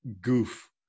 goof